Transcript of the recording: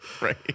Right